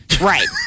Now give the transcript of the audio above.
Right